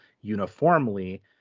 uniformly